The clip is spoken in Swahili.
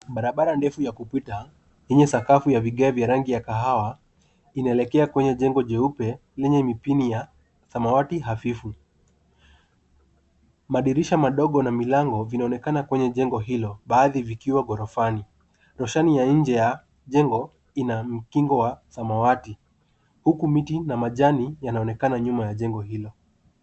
Barabara ndefu ya kupita ya sakafu ya vigae vya rangi ya kahawa inaelekea kwenye jengo jeupe lenye mipini ya samawati hafifu. Madarisha madogo na milango inaonekana kwenye jengo hilo baadhi vikiwa ghorofani. Nyoshani ya nje ya jengo ina mkingo wa samawati huku miti na majani yanaonekana nyuma ya jengo hilo.